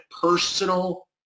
personal